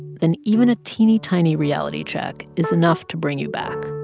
then even a teeny, tiny reality check is enough to bring you back.